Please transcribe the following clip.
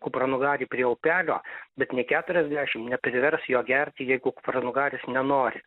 kupranugarį prie upelio bet nė keturiasdešim neprivers jo gerti jeigu kupranugaris nenori